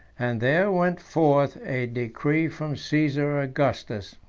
and there went forth a decree from caesar augustus,